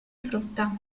frutta